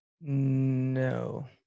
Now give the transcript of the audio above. No